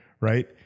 right